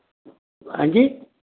ਹੈਂ ਜੀ